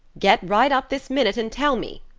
get right up this minute and tell me.